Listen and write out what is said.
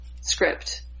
script